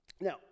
now